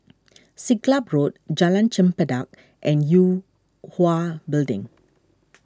Siglap Road Jalan Chempedak and Yue Hwa Building